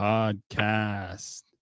Podcast